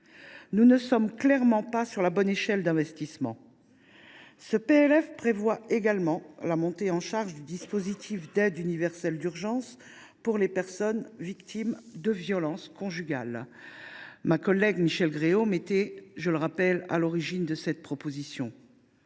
Nous ne sommes clairement pas sur la bonne échelle d’investissement. Ce PLF prévoit également la montée en charge du dispositif de l’aide universelle d’urgence pour les personnes victimes de violences conjugales. Je rappelle que ma collègue Michelle Gréaume a été à l’initiative de cette proposition.